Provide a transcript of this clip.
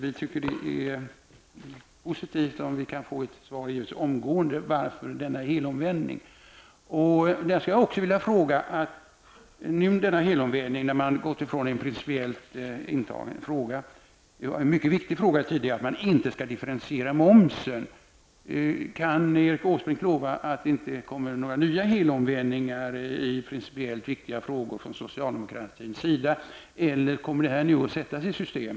Vi tycker att det skulle vara positivt om vi kunde få ett svar omgående beträffande denna helomvändning. Eftersom denna helomvändning har ägt rum då man har gått ifrån en principiellt intagen ståndpunkt i en fråga -- en viktig fråga tidigare -- om att man inte skall differentiera momsen, vill jag fråga Erik Åsbrink om han kan lova att det inte kommer några nya helomvändningar i principiellt viktiga frågor från socialdemokratins sida, eller om det här kommer att sättas i system.